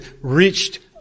reached